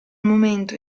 momento